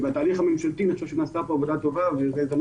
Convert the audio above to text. בתהליך הממשלתי אני חושב שנעשתה כאן עבודה טובה וזאת ההזדמנות